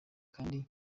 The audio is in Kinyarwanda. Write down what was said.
kandi